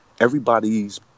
everybody's